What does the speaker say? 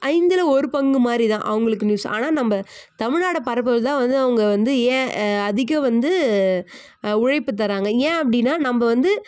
ஐந்தில் ஒரு பங்குமாதிரிதான் அவங்களுக்கு நியூஸ் ஆனால் நம்ம தமிழ்நாடை பரப்புகிறதுதான் வந்து அவங்க வந்து ஏன் அதிகம் வந்து உழைப்பு தராங்க ஏன் அப்படின்னா நம்ம வந்து